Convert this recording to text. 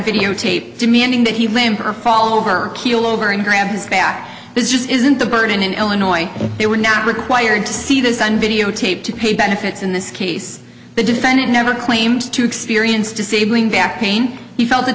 videotape demanding that he limp or fall over keel over and grab his back this isn't a burden in illinois they were not required to see this and videotape to pay benefits in this case they did and it never claimed to experience disabling back pain he felt the